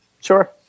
Sure